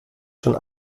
schon